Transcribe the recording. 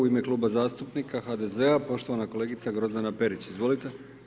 U ime kluba zastupnika HDZ-a, poštovana kolegica Grozdana Perić, izvolite.